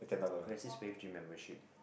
where's this wave gym membership